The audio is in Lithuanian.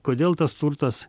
kodėl tas turtas